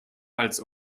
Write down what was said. als